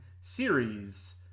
series